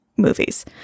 movies